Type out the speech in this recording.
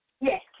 Yes